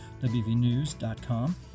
WVNews.com